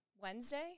Wednesday